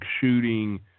shooting